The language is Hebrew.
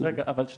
קודם כל כמובן